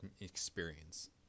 experience